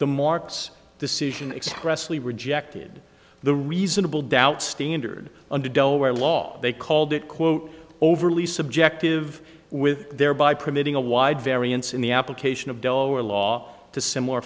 the marks decision expressly rejected the reasonable doubt standard under delaware law they called it quote overly subjective with thereby permitting a wide variance in the application of delaware law to similar